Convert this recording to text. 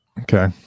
Okay